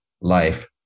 life